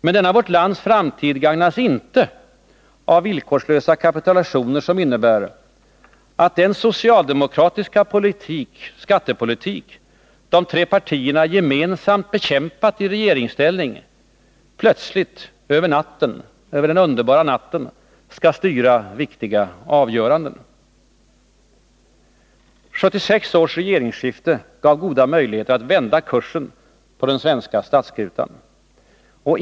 Men denna vårt lands framtid gagnas inte av villkorslösa kapitulationer som innebär att den socialdemokratiska skattepolitik som de tre partierna gemensamt bekämpat i regeringsställning plötsligt, över den underbara natten, skall styra viktiga avgöranden. 1976 års regeringsskifte gav goda möjligheter att vända kursen på den svenska statsskutan.